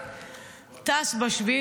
קצין בסיירת מטכ"ל,